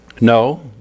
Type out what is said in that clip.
no